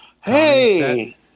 Hey